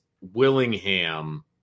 willingham